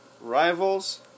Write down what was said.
rivals